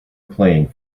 playing